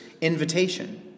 invitation